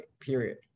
period